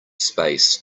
space